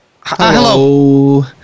hello